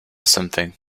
something